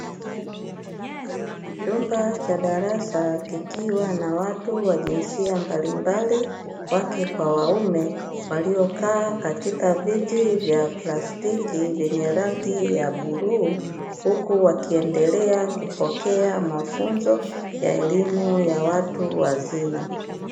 Chumba cha darasa kikiwa na watu wa jinsia mbalimbali wake kwa waume waliokaa katika viti vya plastiki vyenye rangi ya bluu huku wakiendelea kupokea mafunzo ya elimu ya watu wazima.